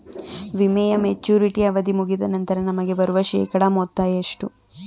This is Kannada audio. ವಿಮೆಯ ಮೆಚುರಿಟಿ ಅವಧಿ ಮುಗಿದ ನಂತರ ನಮಗೆ ಬರುವ ಶೇಕಡಾ ಮೊತ್ತ ಎಷ್ಟು?